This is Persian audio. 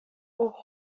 اوه